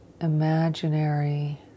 imaginary